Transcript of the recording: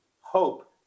hope